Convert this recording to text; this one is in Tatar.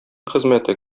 хезмәте